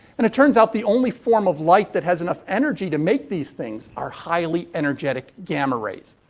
and, it turns out, the only form of light that has enough energy to make these things are highly energetic gamma rays.